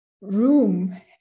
room